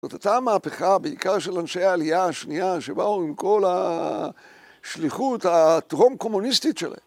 זאת היתה המהפכה בעיקר של אנשי העלייה השנייה שבאו עם כל השליחות הטרום קומוניסטית שלהם.